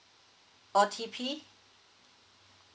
O_T_P